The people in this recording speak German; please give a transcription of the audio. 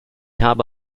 habe